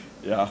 yeah